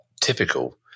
typical